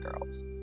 girls